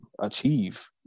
achieve